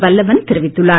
வல்லவன் தெரிவித்துள்ளார்